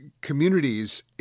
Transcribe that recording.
communities